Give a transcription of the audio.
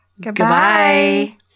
Goodbye